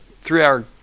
three-hour